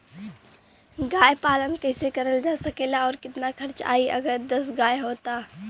गाय पालन कइसे करल जा सकेला और कितना खर्च आई अगर दस गाय हो त?